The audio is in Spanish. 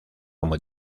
como